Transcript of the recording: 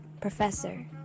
professor